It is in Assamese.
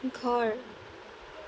ঘৰ